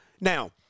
Now